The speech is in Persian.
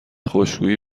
خشکشویی